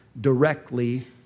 directly